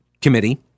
committee